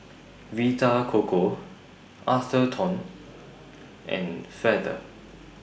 Vita Coco Atherton and Feather